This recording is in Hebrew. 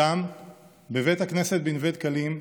שם בבית הכנסת בנווה דקלים,